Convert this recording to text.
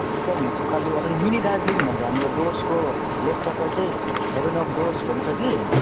एकदम उकाली ओराली मिनी दार्जिलिङ हाम्रो यो डुवर्सको लेपचाका चाहिँ हेभन अफ् डुवर्स भन्छ कि